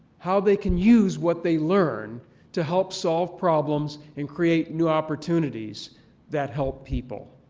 how they can use what they learn to help solve problems and create new opportunities that help people.